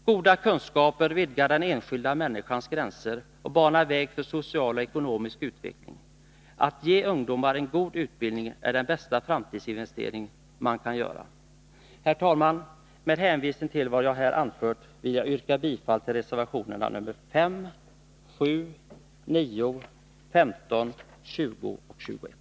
Goda kunskaper vidgar den enskilda människans gränser och banar väg för social och ekonomisk utveckling. Att ge ungdomar en god utbildning är den bästa framtidsinvestering man kan göra. Herr talman! Med hänvisning till vad jag här anfört vill jag yrka bifall till reservationerna nr 5, 7, 9, 15, 20 och 21.